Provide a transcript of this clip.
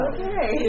Okay